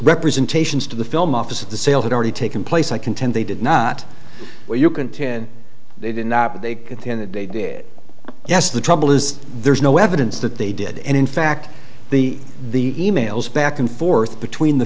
representations to the film office of the sale had already taken place i contend they did not well you can ten they did not but they could yes the trouble is there's no evidence that they did and in fact the the e mails back and forth between the